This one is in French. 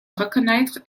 reconnaître